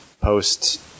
post